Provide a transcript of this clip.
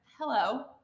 Hello